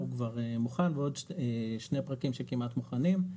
הוא כבר מוכן, ועוד שני פרקים שכמעט מוכנים,